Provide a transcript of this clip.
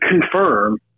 confirm